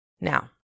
Now